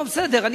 לא, בסדר.